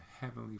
Heavenly